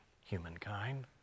humankind